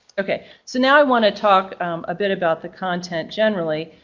okay, so now i want to talk a bit about the content, generally.